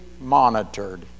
monitored